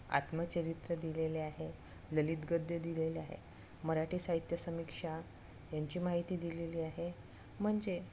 आत्मचरित्र दिलेले आहे ललित गद्य दिलेले आहे मराठी साहित्य समीक्षा यांची माहिती दिलेली आहे म्हणजे